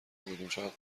بودیم، چقد